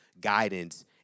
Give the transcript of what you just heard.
guidance